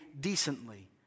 decently